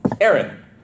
Aaron